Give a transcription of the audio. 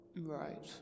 Right